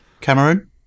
Cameroon